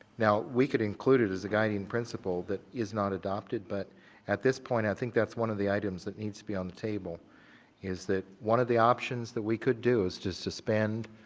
now we could include it as a guiding principle that is not adapted but at this point, i think that's one of the items that needs to be on the table is that one of the options that we could do is just suspend